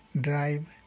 drive